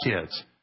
kids